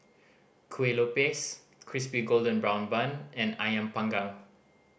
Kueh Lopes Crispy Golden Brown Bun and Ayam Panggang